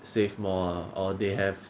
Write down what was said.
save more ah or they have